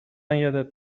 یادت